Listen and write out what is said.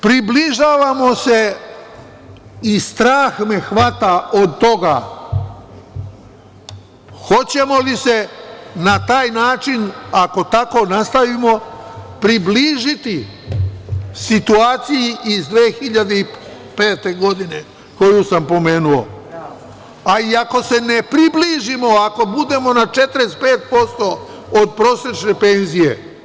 Približavamo se i strah me hvata od toga hoćemo li se na taj način ako tako nastavimo, približiti situaciji iz 2005. godine koju sam pomenuo, a i ako se ne približimo ako budemo na 45% od prosečne penzije.